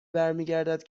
برمیگردد